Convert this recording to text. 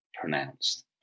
pronounced